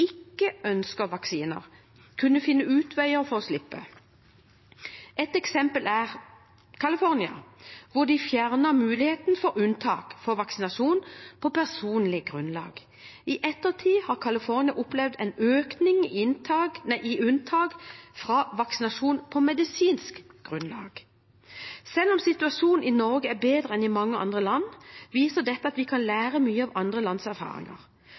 ikke ønsker vaksiner, kunne finne utveier for å slippe. Et eksempel er California, hvor de fjernet muligheten for unntak fra vaksinasjon på personlig grunnlag. I ettertid har California opplevd en økning i antall unntak fra vaksinasjon på medisinsk grunnlag. Selv om situasjonen i Norge er bedre enn i mange andre land, viser dette at vi kan lære mye av andre lands erfaringer.